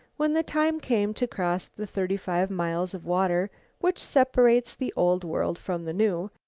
when the time came to cross the thirty-five miles of water which separates the old world from the new,